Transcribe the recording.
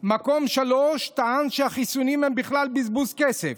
מקום שלישי, טען שהחיסונים הם בכלל בזבוז כסף,